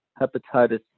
hepatitis